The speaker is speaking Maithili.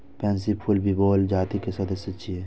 पैंसी फूल विओला जातिक सदस्य छियै